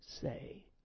say